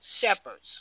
shepherds